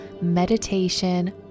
meditation